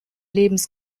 lebens